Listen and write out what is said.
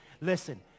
Listen